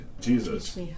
jesus